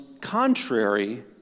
contrary